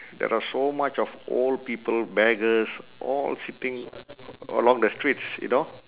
there are so much of old people beggars all sitting along the streets you know